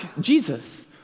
Jesus